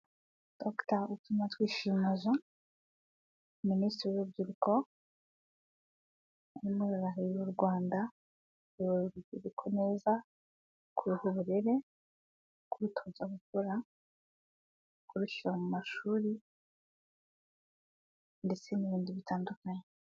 Dr Utumatwishima Yohana, Minisitiri w'urubyiruko, arimo ararahirira u Rwanda kuyobora urubyiruko neza, kuruha uburere, kurutoza gukora, kurushyira mu mashuri, ndetse n'ibindi bitandukanye.